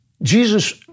Jesus